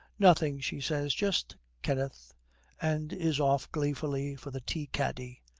nothing, she says, just kenneth and is off gleefully for the tea-caddy.